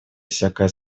всякое